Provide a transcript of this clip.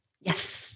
Yes